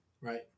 Right